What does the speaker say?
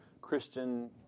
Christian